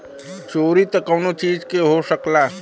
चोरी त कउनो चीज के हो सकला